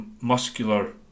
muscular